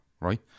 right